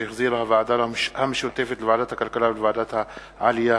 שהחזירה הוועדה המשותפת לוועדת הכלכלה ולוועדת העלייה,